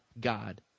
God